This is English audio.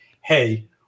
hey